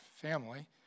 family